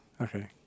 Okay